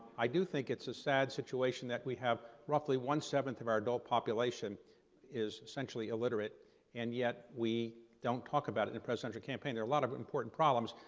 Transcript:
i do think it's a sad situation that we have roughly one seventh of our adult population is essentially illiterate and yet we don't talk about it in the presidential campaign. there are a lot of but important problems.